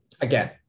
again